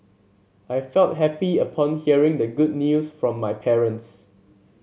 I felt happy upon hearing the good news from my parents